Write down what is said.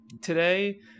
today